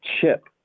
chip